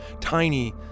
Tiny